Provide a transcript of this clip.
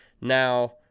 Now